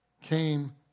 came